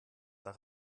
der